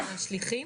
השליחים?